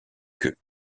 queue